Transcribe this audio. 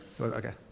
Okay